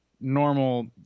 normal